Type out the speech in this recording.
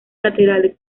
laterales